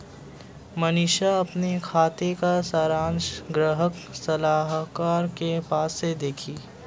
मनीषा अपने खाते का सारांश ग्राहक सलाहकार के पास से देखी